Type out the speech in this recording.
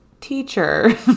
teacher